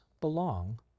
belong